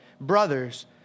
brothers